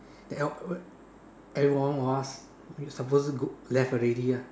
then ev~ everyone was supposed to go left already lah